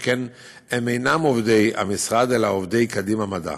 שכן הם אינם עובדי המשרד אלא עובדי קדימה מדע.